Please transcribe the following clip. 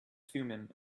thummim